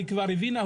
היא כבר הבינה,